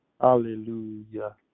Hallelujah